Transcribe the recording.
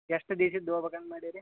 ಎಷ್ಟು ದಿವ್ಸ ಇದು ಹೋಗ್ಬೇಕು ಅಂತ ಮಾಡೀರಿ